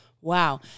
wow